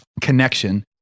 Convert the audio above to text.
connection